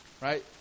Right